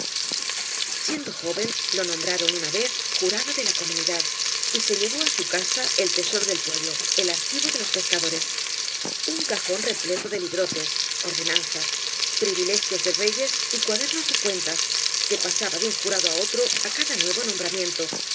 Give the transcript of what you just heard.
siendo joven lo nombraron una vez jurado de la comunidad y se llevó á su casa el tesoro del pueblo el archivo de los pescadores un cajón repleto de librotes ordenanzas privilegios de reyes y cuadernos de cuentas que pasaba de un jurado á otro á cada nuevo nombramiento